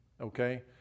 okay